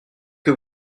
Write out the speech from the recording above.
que